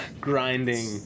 grinding